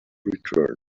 return